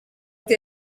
uti